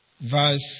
verse